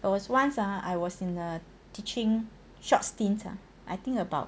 there was once ah I was in a teaching short stints ah I think about